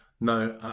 No